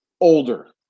older